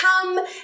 come